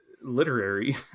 literary